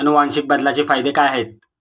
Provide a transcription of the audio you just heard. अनुवांशिक बदलाचे फायदे काय आहेत?